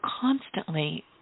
constantly